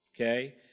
okay